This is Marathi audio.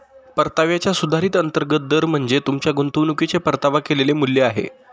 परताव्याचा सुधारित अंतर्गत दर म्हणजे तुमच्या गुंतवणुकीचे परतावा केलेले मूल्य आहे